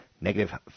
negative